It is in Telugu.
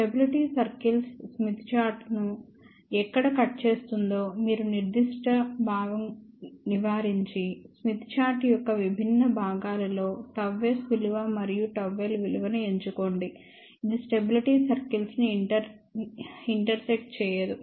స్టెబిలిటీ సర్కిల్స్ స్మిత్ చార్ట్ ను ఎక్కడ కట్ చేస్తుందో మీరు నిర్దిష్ట భాగం నివారించి స్మిత్ చార్ట్ యొక్క విభిన్న భాగాలలో ΓS విలువ మరియు ΓL విలువలు ఎంచుకోండి ఇది స్టెబిలిటీ సర్కిల్స్ ని ఇంటర్సెక్ట్ చేయదు